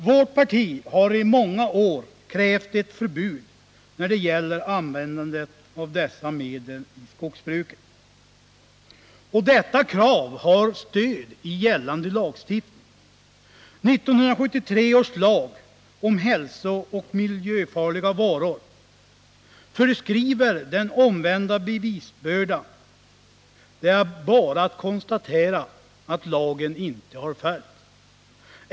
Vårt parti har i många år krävt ett förbud mot användandet av dessa medel i skogsbruket. Detta krav har stöd i gällande lagstiftning. 1973 års lag om hälsooch miljöfarliga varor föreskriver en omvänd bevisbörda. Det är bara att konstatera att lagen inte har följts.